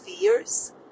fears